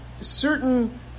certain